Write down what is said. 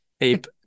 Ape